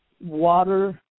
Water